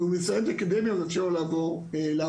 ואם הוא מסיים את האקדמיה זה מאפשר לו לעבור לעבודה.